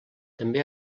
també